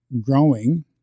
growing